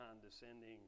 condescending